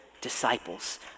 disciples